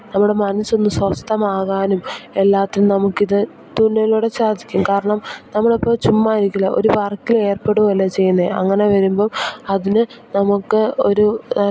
നമ്മുടെ മനസ് ഒന്നു സ്വസ്ഥമാകാനും എല്ലാത്തിനും നമുക്ക് ഇത് തുന്നലിലൂടെ സാധിക്കും കാരണം നമ്മൾ ഇപ്പോൾ ചുമ്മാ ഇരിക്കില്ല ഒരു വർക്കിൽ ഏർപ്പെടുകയല്ലേ ചെയ്യുന്നത് അങ്ങനെ വരുമ്പോൾ അതിന് നമുക്ക് ഒരു നല്ല